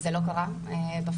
זה לא קרה בפועל.